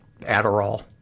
Adderall